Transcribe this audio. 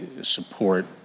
support